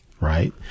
Right